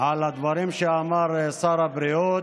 על הדברים שאמר שר הבריאות.